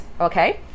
Okay